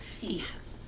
Yes